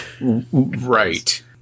Right